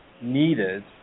needed